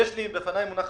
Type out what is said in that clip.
בפניי מונחת